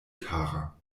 kara